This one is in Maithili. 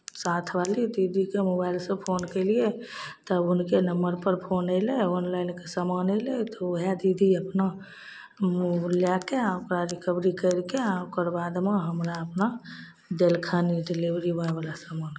साथवाली दीदीके मोबाइलसँ फोन कैलियै तऽ हुनके नम्बरपर फोन अयलै ऑनलाइनके सामान अयलै तऽ उएह दीदी अपना लए कऽ आ ओकरा रिकभरी करि कऽ आ ओकरबादमे हमरा अपना देलखिन डिलेवरी ब्वाॅयवला सामान